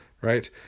right